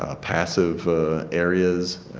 ah passive areas,